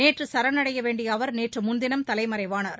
நேற்று சரணடைய வேண்டிய அவர் நேற்று முன்தினம் தலைமறைவானார்